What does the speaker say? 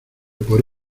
por